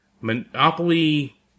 Monopoly